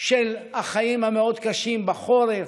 של החיים המאוד-קשים בחורף,